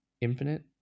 Infinite